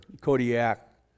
Kodiak